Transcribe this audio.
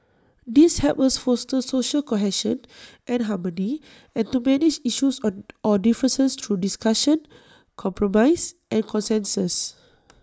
these help us foster social cohesion and harmony and to manage issues or or differences through discussion compromise and consensus